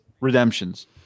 redemptions